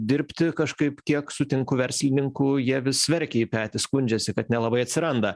dirbti kažkaip kiek sutinku verslininkų jie vis verkia į petį skundžiasi kad nelabai atsiranda